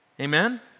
Amen